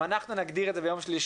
אם אנחנו נגדיר את זה עד יום שלישי